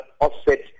offset